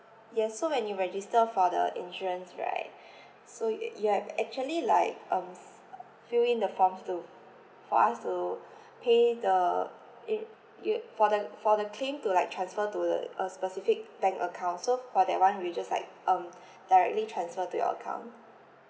yes so when you register for the insurance right so you ya actually like um s~ fill in the form to for us to pay the it you for the for the claim to like transfer to uh a specific bank account so for that one we'll just like um directly transfer to your account